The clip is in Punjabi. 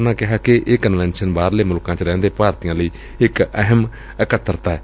ਉਨੂਾ ਕਿਹਾ ਕਿ ਇਹ ਕਨਵੈਨਸ਼ਨ ਬਾਹਰਲੇ ਮੁਲਕਾਂ ਚ ਰਹਿੰਦੇ ਭਾਰਤੀਆਂ ਲਈ ਇਕ ਅਹਿਮ ਇਕਤਰਤਾ ਏ